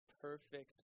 perfect